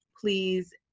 please